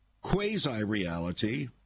quasi-reality